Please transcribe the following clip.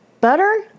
Butter